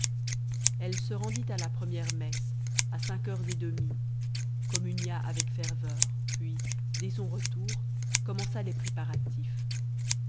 elle se rendit à la première messe à cinq heures et demie communia avec ferveur puis dès son retour commença les préparatifs